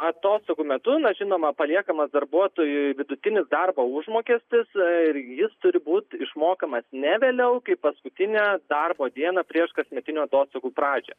atostogų metu na žinoma paliekamas darbuotojui vidutinis darbo užmokestis ir jis turi būti išmokamas ne vėliau kaip paskutinę darbo dieną prieš kasmetinių atostogų pradžią